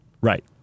Right